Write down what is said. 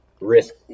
risk